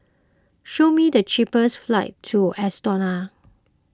show me the cheapest flights to Estonia